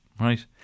Right